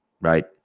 right